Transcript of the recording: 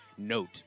Note